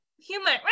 human